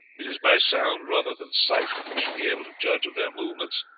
it is by sound rather than sight that we shall be able to judge of their movements,